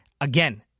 Again